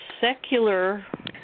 secular